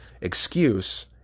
excuse